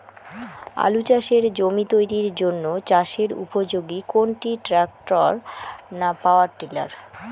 আলু চাষের জমি তৈরির জন্য চাষের উপযোগী কোনটি ট্রাক্টর না পাওয়ার টিলার?